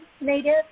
native